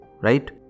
right